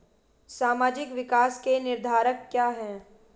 सामाजिक विकास के निर्धारक क्या है?